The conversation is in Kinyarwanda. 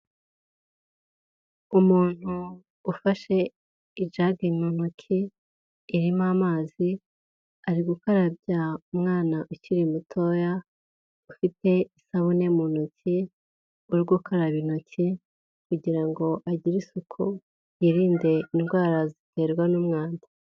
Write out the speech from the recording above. Umuntu ufashe ijagi mu ntoki irimo amazi, ari gukarabya umwana ukiri mutoya, ufite isabune mu ntoki uri gukaraba intoki kugira ngo agire isuku yirinde indwara ziterwa n'umwanda.